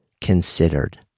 considered